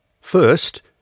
First